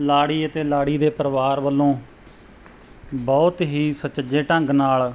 ਲਾੜੀ ਅਤੇ ਲਾੜੀ ਦੇ ਪਰਿਵਾਰ ਵੱਲੋਂ ਬਹੁਤ ਹੀ ਸੁਚੱਜੇ ਢੰਗ ਨਾਲ